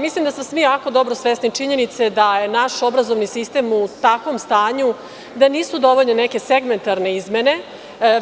Mislim da smo svi jako dobro svesni činjenice da je naš obrazovni sistem u takvom stanju da nisu dovoljne neke segmentarne izmene,